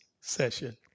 session